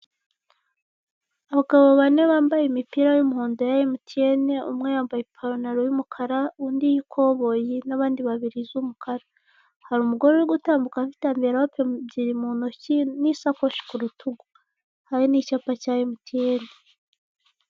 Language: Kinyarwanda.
Abagabo bane bambaye imipira y'umuhondo ya emutiyene, umwe yambaye ipantaro y'umukara, undi iy'ikoboyi, n'abandi babiri iz'umukara. Hari umugore uri gutambuka, afite amvilope ebyiri mu ntoki, n'isakoshi ku rutugu. Hari n'icyapa cya emutiyene.